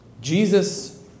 Jesus